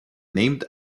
named